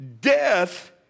Death